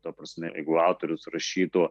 ta prasme jeigu autorius rašytų